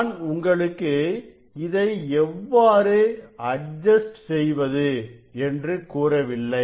நான் உங்களுக்கு இதை எவ்வாறு அட்ஜஸ்ட் செய்வது என்று கூறவில்லை